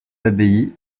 abbayes